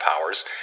powers